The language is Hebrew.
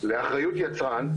לאחריות יצרן,